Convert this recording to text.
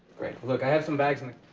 great. look, i have some bags in the